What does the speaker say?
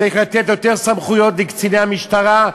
צריך לתת יותר סמכויות לקציני המשטרה,